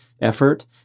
effort